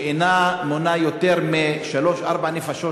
שאינה מונה יותר משלוש-ארבע נפשות,